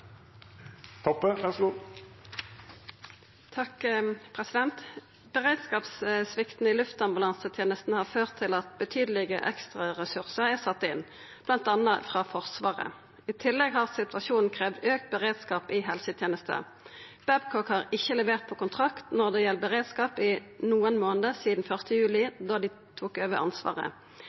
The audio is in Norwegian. Forsvaret. I tillegg har situasjonen kravd auka beredskap i helsetenesta. Babcock har ikkje levert på kontrakt når det gjeld beredskap i nokon av månadene sidan 1. juli, då dei tok over ansvaret.